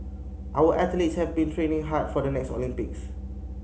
our athletes have been training hard for the next Olympics